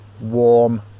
warm